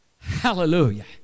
Hallelujah